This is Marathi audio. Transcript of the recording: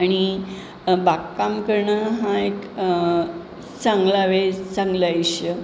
आणि बागकाम करणं हा एक चांगला वेळेस चांगला आयुष्य